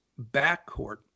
backcourt